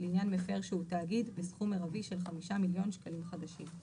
לעניין מפר שהוא תאגיד בסכום מרבי של 5,000,000 שקלים חדשים.